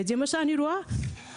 וזה מה שאני רואה הרבה,